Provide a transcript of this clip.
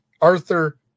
Arthur